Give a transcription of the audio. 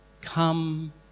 Come